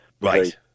Right